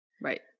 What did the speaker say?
Right